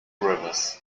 rivers